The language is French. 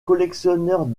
collectionneurs